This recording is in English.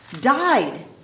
died